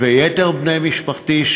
ויתר בני משפחתי,